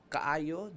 Kaayo